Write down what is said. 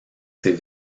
ses